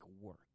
work